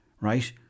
right